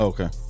Okay